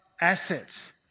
assets